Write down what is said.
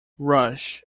rush